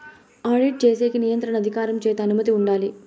audit చేసేకి నియంత్రణ అధికారం చేత అనుమతి ఉండాలి